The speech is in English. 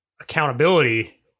accountability